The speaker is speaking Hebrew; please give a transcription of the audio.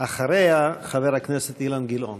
אחריה, חבר הכנסת אילן גילאון.